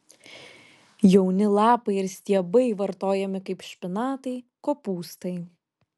jauni lapai ir stiebai vartojami kaip špinatai kopūstai